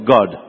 God